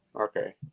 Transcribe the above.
Okay